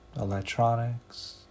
electronics